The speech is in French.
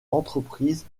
entreprise